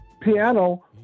piano